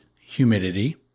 humidity